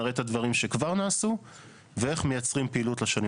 נראה את הדברים שכבר נעשו ואיך מייצרים פעילות לשנים